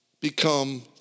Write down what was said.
become